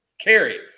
carry